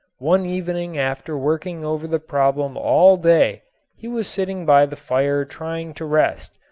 one evening after working over the problem all day he was sitting by the fire trying to rest,